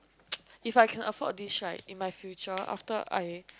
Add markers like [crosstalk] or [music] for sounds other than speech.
[noise] if I can afford this right in my future after I